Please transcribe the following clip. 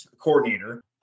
coordinator